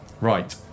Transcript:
Right